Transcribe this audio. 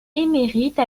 émérite